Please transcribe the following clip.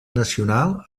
nacional